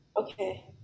okay